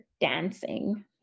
dancing